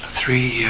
three